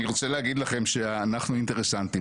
אני רוצה להגיד לכם שאנחנו אינטרסנטים,